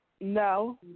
No